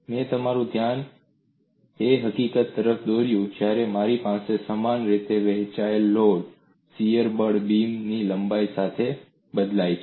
મેં તમારું ધ્યાન એ હકીકત તરફ દોર્યું જ્યારે મારી પાસે સમાન રીતે વહેંચાયેલ લોડ શીયર બળ બીમની લંબાઈ સાથે બદલાય છે